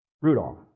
Rudolph